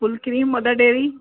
full cream mother dairy